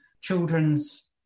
children's